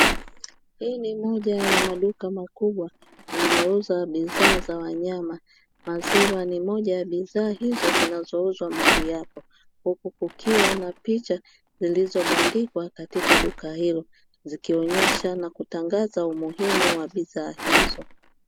Hii ni moja ya maduka makubwa yanayooza bidhaa za wanyama, maziwa ni moja ya bidhaa hizo zinazouzwa mali hapo; huku kukiwa na picha zilizobandikwa katika duka hilo zikionyesha na kutangaza umuhimu wa bidhaa hizo.